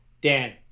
Dan